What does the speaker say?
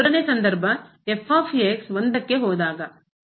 3 ನೇ ಸಂದರ್ಭ 1 ಕ್ಕೆ ಹೋದಾಗ